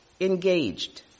engaged